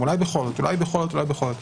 אולי בכל זאת.